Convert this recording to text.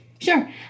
Sure